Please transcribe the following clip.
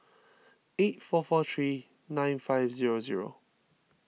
eight four four three nine five zero zero